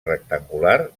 rectangular